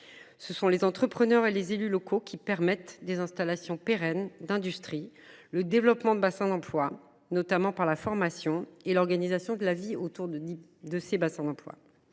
Ce sont les entrepreneurs et les élus locaux qui permettent des installations pérennes d’industries, le développement des bassins d’emplois, notamment par la formation et l’organisation de la vie aux alentours. Leur